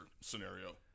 scenario